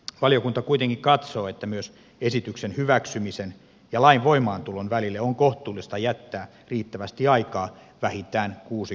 valiokunta kuitenkin katsoo että myös esityksen hyväksymisen ja lain voimaantulon välille on kohtuullista jättää riittävästi aikaa vähintään kuusi kuukautta